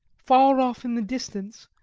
far off in the distance,